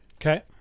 Okay